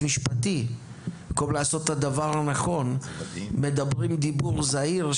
ובמקום לעשות את הדבר הנכון מדברים דיבור זהיר,